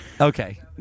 okay